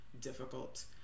difficult